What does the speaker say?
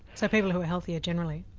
so people who are healthier generally?